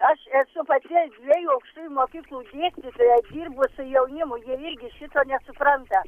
aš esu pati dviejų aukštųjų mokyklų dėstytoja dirbu su jaunimu jie irgi šito nesupranta